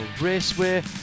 Raceway